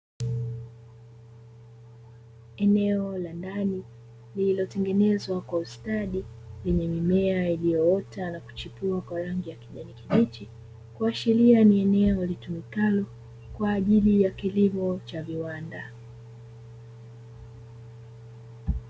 Eneo la ndani lililotengenezwa kwa ustadi lenye mimea iliyoota na kuchipua kwa rangi ya kijani kibichi, kuashiria ni eneo litumikalo kwa ajili ya kilimo cha viwanda.